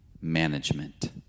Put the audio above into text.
management